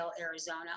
Arizona